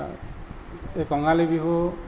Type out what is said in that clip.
এই কঙালী বিহু